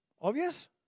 Obvious